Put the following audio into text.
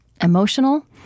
emotional